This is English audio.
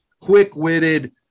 quick-witted